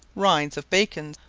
rinds of bacon,